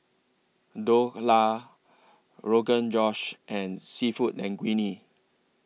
Dhokla Rogan Josh and Seafood Linguine